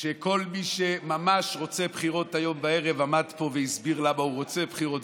שכל מי שממש רוצה בחירות היום בערב עמד פה והסביר למה הוא רוצה בחירות,